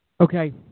Okay